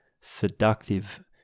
seductive